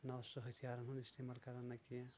نَہ اوس سُہ ۂتھۍیارَن ہُنٛد اِستعمال کران نَہ کیٚنٛہہ